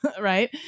right